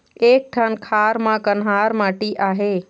एक ठन खार म कन्हार माटी आहे?